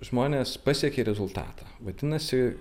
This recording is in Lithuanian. žmonės pasiekė rezultatą vadinasi